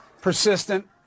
persistent